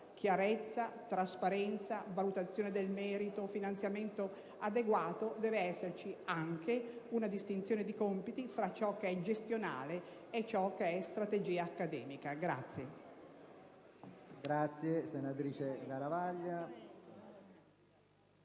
chiarezza, trasparenza, valutazione del merito, finanziamento adegua, deve rientrare anche una distinzione di compiti fra ciò che è gestionale e ciò che è strategia accademica.